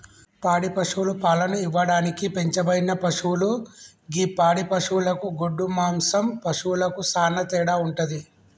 పాడి పశువులు పాలను ఇవ్వడానికి పెంచబడిన పశువులు గి పాడి పశువులకు గొడ్డు మాంసం పశువులకు సానా తేడా వుంటది